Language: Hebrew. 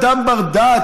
כל אדם בר-דעת,